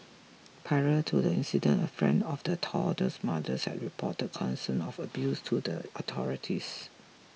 prior to the incident a friend of the toddler's mothers had reported concerns of abuse to the authorities